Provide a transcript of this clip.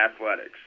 athletics